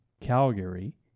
Calgary